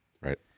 Right